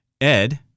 Ed